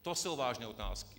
To jsou vážné otázky.